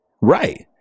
right